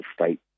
state